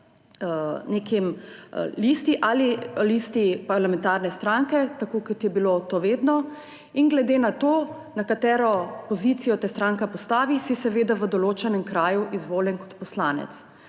neki listi ali listi parlamentarne stranke, tako kot je bilo to vedno. In glede na to, na katero pozicijo te stranka postavi, si seveda v določenem kraju izvoljen kot poslanec.